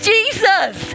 Jesus